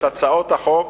את הצעות החוק,